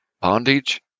bondage